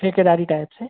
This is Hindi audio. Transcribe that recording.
ठेकेदारी टाइप से